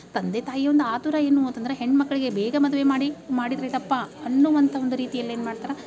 ತಂದೆ ತಾಯಿ ಒಂದಯ ಆತುರ ಏನು ಅಂತ ಅಂದ್ರೆ ಹೆಣ್ಣು ಮಕ್ಕಳಿಗೆ ಬೇಗ ಮದುವೆ ಮಾಡಿ ಮಾಡಿದರೆ ತಪ್ಪ ಅನ್ನುವಂಥ ಒಂದು ರೀತಿಯಲ್ಲಿ ಏನು ಮಾಡ್ತಾರೆ